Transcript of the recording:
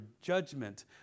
judgment